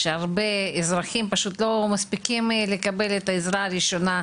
הרבה אזרחים פשוט לא מספיקים לקבל את העזרה הראשונית.